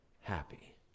happy